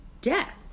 death